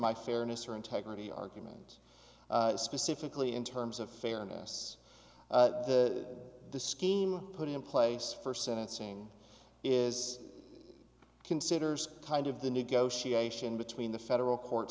my fairness or integrity argument specifically in terms of fairness the scheme put in place for sentencing is considers kind of the negotiation between the federal court